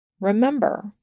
Remember